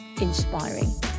inspiring